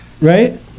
right